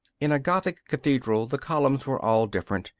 in a gothic cathedral the columns were all different,